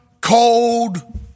cold